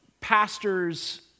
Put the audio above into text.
pastors